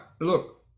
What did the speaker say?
look